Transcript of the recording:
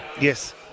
Yes